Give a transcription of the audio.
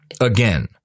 again